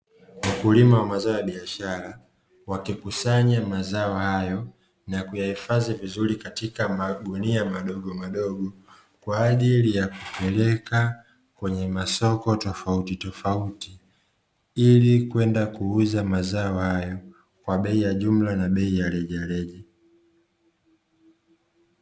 Wakulima wa mazao ya biashara wakikusanya mazao hayo na kuyahifadhi vizuri katika magunia madogomadogo, kwa ajili ya kupeleka kwenye masoko tofautitofauti ili kwenda kuuza mazao hayo kwa bei ya jumla na bei ya rejareja.